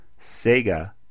Sega